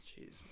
jeez